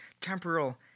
Temporal